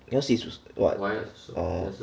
yours is what orh